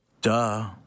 Duh